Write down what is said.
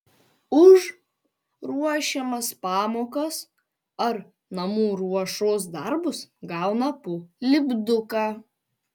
už ruošiamas pamokas ar namų ruošos darbus gauna po lipduką